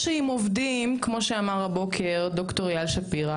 "משה-ים" עובדים, כמו שאמר הבוקר ד"ר אייל שפירא.